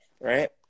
right